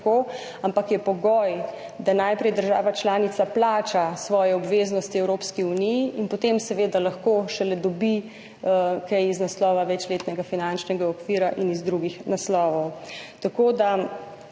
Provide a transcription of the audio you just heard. ampak je pogoj, da najprej država članica plača svoje obveznosti Evropski uniji in šele potem seveda lahko dobi kaj iz naslova večletnega finančnega okvira in iz drugih naslovov.